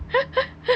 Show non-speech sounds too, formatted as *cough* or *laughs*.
*laughs*